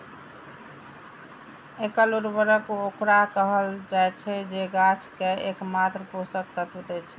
एकल उर्वरक ओकरा कहल जाइ छै, जे गाछ कें एकमात्र पोषक तत्व दै छै